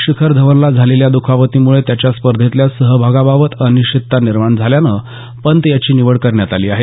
शिखर धवनला झालेल्या दुखापतीमुळे त्याच्या स्पर्धेतल्या सहभागाबाबत अनिश्चितता निर्माण झाल्यानं पंत याची निवड करण्यात आली आहे